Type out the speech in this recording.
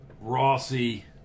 Rossi